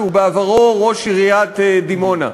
שהיה בעברו ראש עיריית דימונה.